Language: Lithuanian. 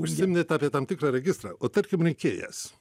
užsiminėt apie tam tikrą registrą o tarkim rinkėjas